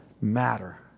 matter